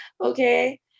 okay